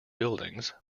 buildings